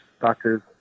Doctors